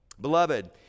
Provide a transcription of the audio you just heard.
Beloved